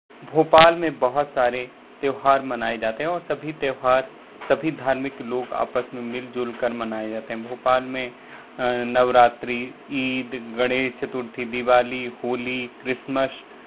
भोपाल में बहुत सारे त्यौहार मनाए जाते हैं और सभी त्यौहार सभी धार्मिक लोग आपस में मिलजुल कर मनाए जाते हैं भोपाल में नवरात्रि ईद गणेश चतुर्थी दिवाली होली क्रिसमश